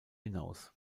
hinaus